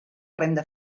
renda